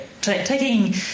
taking